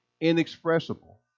inexpressible